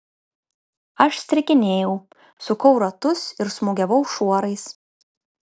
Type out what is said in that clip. aš strikinėjau sukau ratus ir smūgiavau šuorais